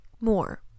more